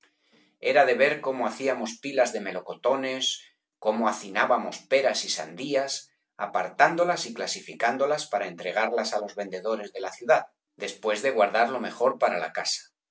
era de ver cómo hacíamos pilas de melocotones cómo hacinábamos peras y sandías apartándolas y clasificándolas para entregarlas á los vendedores de la ciudad después de guardar lo mejor para la casa